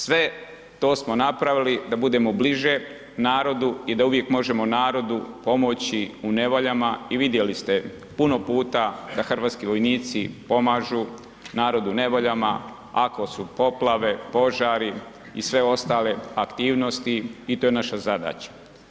Sve to smo napravili da bude bliže narodu i da uvijek možemo narodu pomoći u nevoljama i vidjeli ste puno puta da hrvatski vojnici pomažu narodu u nevoljama, ako su poplave, požari i sve ostale aktivnosti i to je naša zadaća.